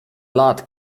lat